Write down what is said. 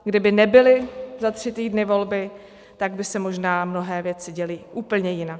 Kdyby nebyly za tři týdny volby, tak by se možná mnohé věci děly úplně jinak.